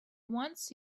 once